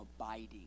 abiding